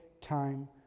time